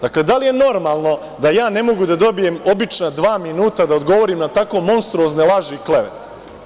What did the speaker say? Dakle, da li je normalno da ja ne mogu da dobijem obična dva minuta da odgovorim na takve monstruozne laži i klevete?